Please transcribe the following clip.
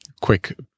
quick